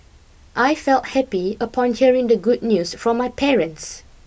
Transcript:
I felt happy upon hearing the good news from my parents